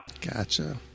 Gotcha